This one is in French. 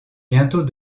bientôt